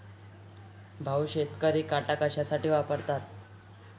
भाऊ, शेतकरी काटा कशासाठी वापरतात?